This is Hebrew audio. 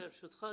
ברשותך,